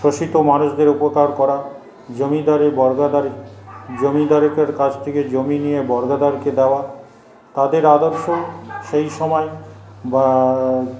শোষিত মানুষদের উপকার করা জমিদারে বর্গাদারে জমিদারদের কাছ থেকে জমি নিয়ে বর্গাদারকে দেওয়া তাদের আদর্শ সেই সময়ে বা